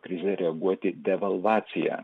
krizę reaguoti devalvacija